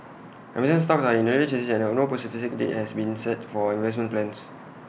Amazon's talks are in earlier stages and no specific date has been set for investment plans